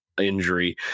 injury